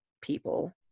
people